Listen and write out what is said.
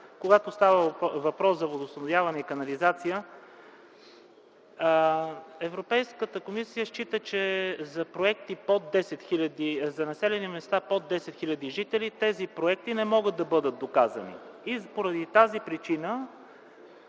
когато става въпрос за водоснабдяване и канализация, Европейската комисия счита, че за населени места под 10 хиляди жители, тези проекти не могат да бъдат доказани. Поради тази причина